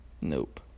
Nope